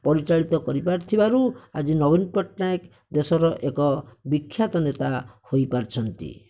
ପରିଚାଳିତ କରିପାରିଥିବାରୁ ଆଜି ନବୀନ ପଟ୍ଟନାୟକ ଦେଶର ଏକ ବିଖ୍ୟାତ ନେତା ହୋଇପାରିଛନ୍ତି